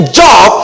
job